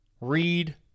read